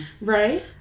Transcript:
Right